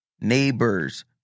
Neighbors